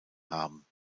haben